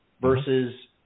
versus